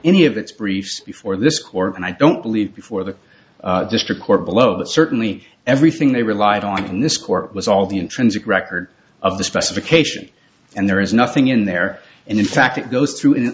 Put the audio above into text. any of its briefs before this court and i don't believe before the district court below the certainly everything they relied on in this court was all the intrinsic record of the specification and there is nothing in there and in fact it goes through in